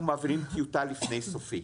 אנחנו מעבירים טיוטה לפני סופי.